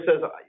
says